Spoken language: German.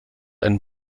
ein